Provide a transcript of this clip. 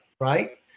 right